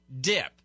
dip